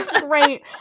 Great